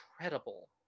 incredible